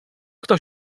kto